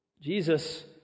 Jesus